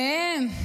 עליהם.